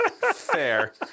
fair